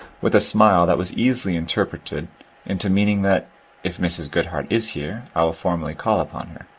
with a smile that was easily interpreted into meaning that if mrs. goodhart is here, i will formally call upon her.